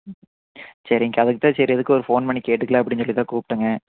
சரிங்க்கா அதுக்கு தான் சரி எதுக்கும் ஒரு ஃபோன் பண்ணி கேட்டுக்கலாம் அப்படினு சொல்லி தான் கூப்பிட்டேங்க